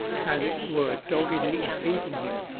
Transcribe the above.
as it were doggedly impeding him,